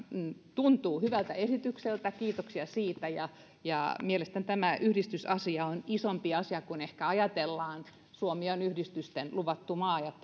tuntuu hyvältä esitykseltä kiitoksia siitä ja ja mielestäni tämä yhdistysasia on isompi asia kuin ehkä ajatellaan suomi on yhdistysten luvattu maa ja